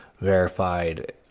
verified